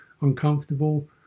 uncomfortable